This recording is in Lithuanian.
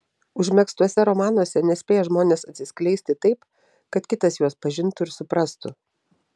užmegztuose romanuose nespėja žmonės atsiskleisti taip kad kitas juos pažintų ir suprastų